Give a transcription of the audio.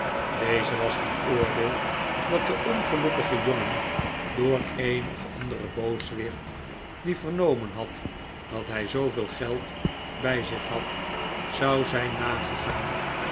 deze was van oordeel dat de ongelukkige jongen door een of anderen booswicht die vernomen had dat hij zooveel geld bij zich had zou zijn nagegaan